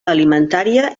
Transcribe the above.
alimentària